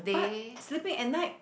but sleeping at night